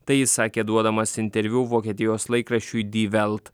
tai jis sakė duodamas interviu vokietijos laikraščiui dyvelt